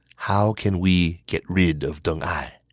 how can we get rid of deng ai?